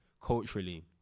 culturally